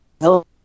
no